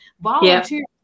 Volunteer